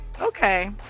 okay